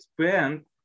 spend